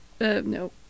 no